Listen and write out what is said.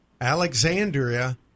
Alexandria